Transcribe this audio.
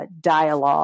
dialogue